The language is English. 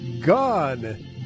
gone